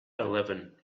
eleven